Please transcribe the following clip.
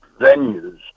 venues